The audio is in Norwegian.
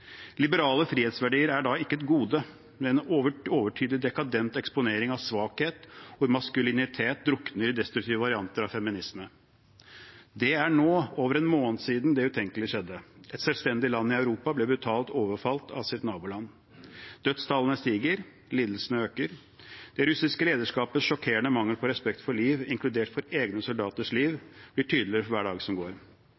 Liberale frihetsverdier er da ikke et gode, men en overtydelig dekadent eksponering av svakhet, hvor maskulinitet drukner i destruktive varianter av feminisme. Det er nå over en måned siden det utenkelige skjedde. Et selvstendig land i Europa ble brutalt overfalt av sitt naboland. Dødstallene stiger, lidelsene øker. Det russiske lederskapets sjokkerende mangel på respekt for liv, inkludert egne soldaters liv,